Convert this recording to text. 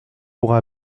pourra